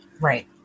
Right